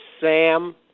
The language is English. Sam